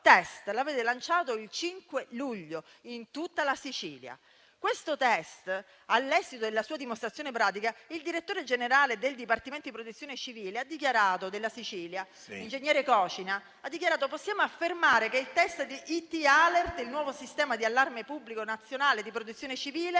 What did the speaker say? Questo *test* l'avete lanciato il 5 luglio in tutta la Sicilia e all'esito della sua dimostrazione pratica il direttore generale del Dipartimento di protezione civile della Sicilia, ingegner Cocina, ha dichiarato: «Possiamo affermare che il *test* di IT-Alert, il nuovo sistema di allarme pubblico nazionale di Protezione civile,